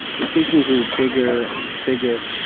the station grew bigger and bigger.